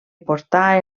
portà